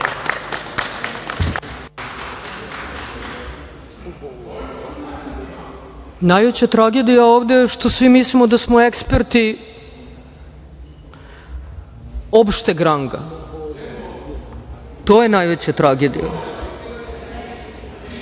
Najveća tragedija ovde je što svi mislimo da smo eksperti opšteg ranga. To je najveća tragedija.(Radomir